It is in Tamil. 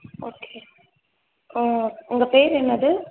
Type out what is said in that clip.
ஓகே ஆ உங்கள் பேர் என்னது